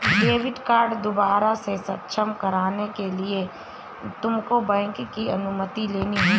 debit card दोबारा से सक्षम कराने के लिए तुमको बैंक की अनुमति लेनी होगी